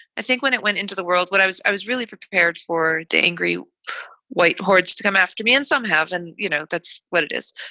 i think when it went into the world, what i was i was really prepared for the angry white hordes to come after me. and some have. and you know, that's what it is.